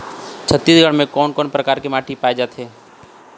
छत्तीसगढ़ म कोन कौन प्रकार के माटी पाए जाथे?